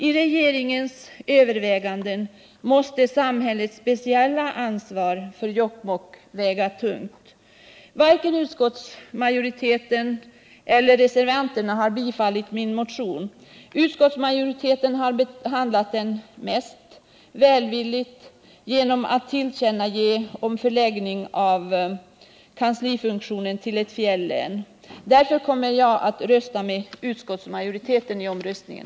I regeringens överväganden måste samhällets speciella ansvar för Jokkmokk väga tungt. Varken utskottsmajoriteten eller reservanterna har bifallit min motion. Utskottsmajoriteten har behandlat den mest välvilligt genom ett tillkännagivande om förläggning av kanslifunktionen till ett fjällän. Därför kommer jag att rösta med utskottsmajoriteten i omröstningen.